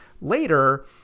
later